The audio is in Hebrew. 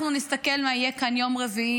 אנחנו נסתכל מה יהיה כאן ביום רביעי,